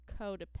codependent